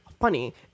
funny